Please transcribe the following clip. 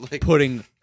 putting